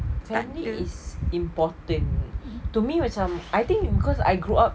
family is important to me macam I think because I grew up